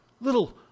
little